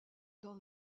dans